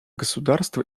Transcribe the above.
государства